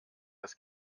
das